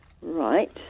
Right